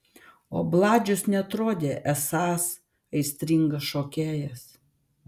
o bladžius neatrodė esąs aistringas šokėjas